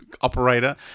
operator